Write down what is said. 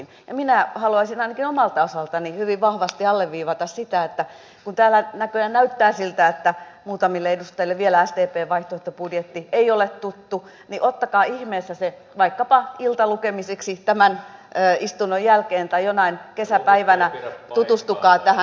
ja minä haluaisin ainakin omalta osaltani hyvin vahvasti alleviivata sitä että kun täällä näköjään näyttää siltä että muutamille edustajille vielä sdpn vaihtoehtobudjetti ei ole tuttu niin ottakaa ihmeessä se vaikkapa iltalukemiseksi tämän istunnon jälkeen tai jonain kesäpäivänä tutustukaa tähän